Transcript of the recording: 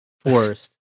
Forest